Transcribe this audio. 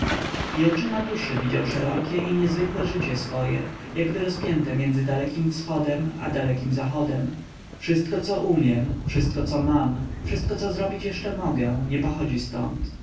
i oczyma duszy widział szerokie i niezwykłe życie swoje jakby rozpięte między dalekim wschodem i dalekim zachodem wszystko co umiem wszystko co mam wszystko co zrobić jeszcze mogę nie pochodzi ztąd